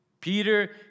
Peter